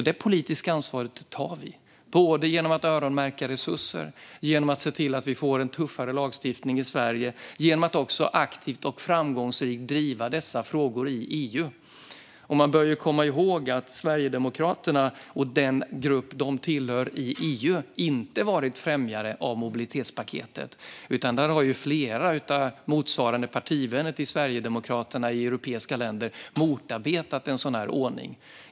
Detta politiska ansvar tar vi genom att öronmärka resurser, genom att se till att vi får en tuffare lagstiftning i Sverige och genom att också aktivt och framgångsrikt driva dessa frågor i EU. Och man bör ju komma ihåg att Sverigedemokraterna och den grupp de tillhör i EU inte varit främjare av mobilitetspaketet, utan flera av motsvarande partivänner till Sverigedemokraterna i europeiska länder har motarbetat en sådan här ordning.